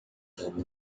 esperando